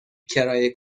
کرایه